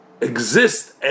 exist